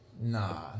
Nah